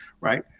right